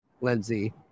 Lindsay